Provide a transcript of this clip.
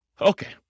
Okay